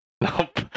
Nope